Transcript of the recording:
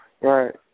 Right